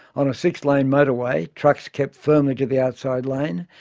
on a six-lane motorway, trucks kept firmly to the outside lane,